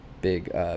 big